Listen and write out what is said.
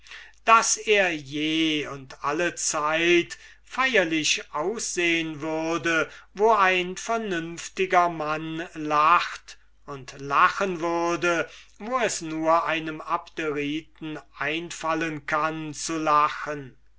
daß er je und allezeit feierlich aussehen würde wo ein vernünftiger mensch lacht und lachen würde wo es nur einem abderiten einfallen kann zu lachen